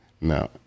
No